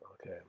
Okay